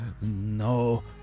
no